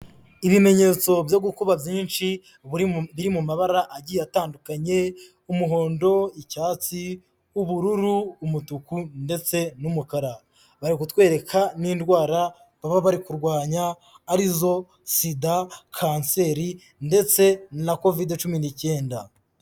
Ibimenyetso byo gukuba byinshi, biri mu mabara agiye atandukanye: umuhondo, icyatsi, ubururu, umutuku, ndetse n'umukara, bari kutwereka n'indwara baba bari kurwanya arizo: SIDA, Kanseri, ndetse na Covide cumi n'icyenda.